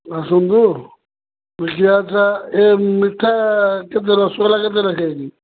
ଆସନ୍ତୁ ଦେଖିଆ ଆଚ୍ଛା ଏ ମିଠା କେତେ ରସଗୋଲା କେତେ ଲେଖା ହେଇଛି